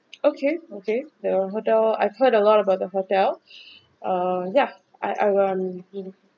okay okay the hotel I've heard a lot about the hotel uh ya I I'll um